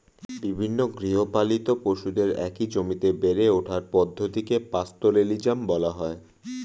বিভিন্ন গৃহপালিত পশুদের একই জমিতে বেড়ে ওঠার পদ্ধতিকে পাস্তোরেলিজম বলা হয়